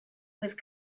with